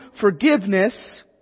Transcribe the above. forgiveness